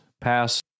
pass